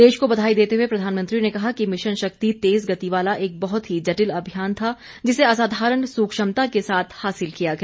देश को बधाई देते हुए प्रधानमंत्री ने कहा कि मिशन शक्ति तेज गति वाला एक बहुत ही जटिल अभियान था जिसे असाधारण सुक्ष्मता के साथ हासिल किया गया